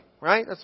right